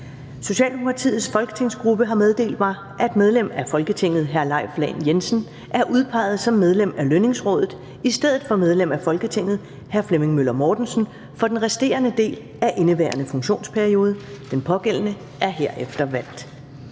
Socialdemokratiets folketingsgruppe har meddelt mig, at medlem af Folketinget hr. Leif Lahn Jensen er udpeget som medlem af Lønningsrådet i stedet for medlem af Folketinget hr. Flemming Møller Mortensen for den resterende del af indeværende funktionsperiode. Den pågældende er herefter valgt.